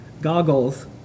goggles